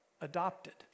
adopted